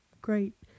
great